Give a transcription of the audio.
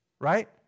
right